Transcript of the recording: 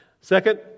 Second